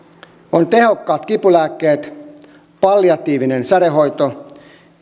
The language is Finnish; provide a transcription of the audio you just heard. on tehokkaat kipulääkkeet palliatiivinen sädehoito